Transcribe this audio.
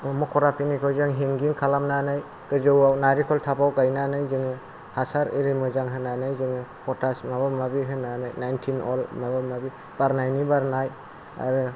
मकर आख्रिनिखौ जों हेंगिं खालामनानै गोजौआव नारिंखल टाबाव गायनानै जोङो हासार एरि मोजां होनानै जोङो पटाश माबा माबि होनानै नाइनतिन आल माबा माबि बारनायनि बारनाय आरो